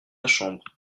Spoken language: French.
chambre